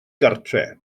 gartref